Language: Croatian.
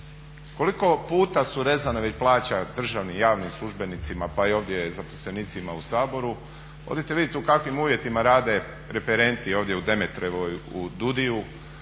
Koliko puta su već rezane plaća državnim i javnim službenicima pa i ovdje zaposlenicima u Saboru? hodite vidjeti u kakvim uvjetima rade referenti ovdje u Demetrovoj u DUDI-u